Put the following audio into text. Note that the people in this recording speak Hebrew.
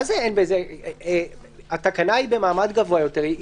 מה זה אין התקנה היא במעמד גבוה יותר,